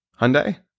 Hyundai